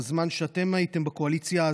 בזמן שאתם הייתם בקואליציה,